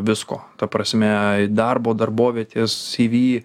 visko ta prasme darbo darbovietės cv